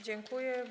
Dziękuję.